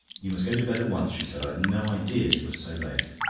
you must go to bed at once, she said. i'd no idea it was so late.